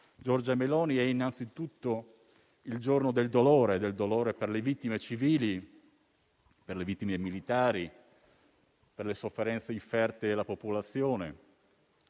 Giorgia Meloni, è innanzitutto il giorno del dolore per le vittime civili, per le vittime militari e per le sofferenze inferte alla popolazione.